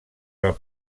del